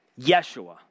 Yeshua